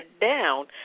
down